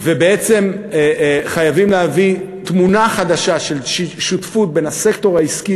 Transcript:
ובעצם חייבים להביא תמונה חדשה של שותפות בין הסקטור העסקי